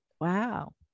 Wow